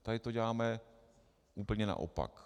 Tady to děláme úplně naopak.